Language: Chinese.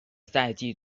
赛季